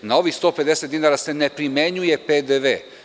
Na ovih 150 dinara se ne primenjuje PDV.